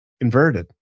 inverted